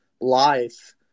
life